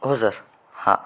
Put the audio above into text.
हो सर हां